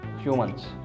humans